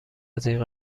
ازاین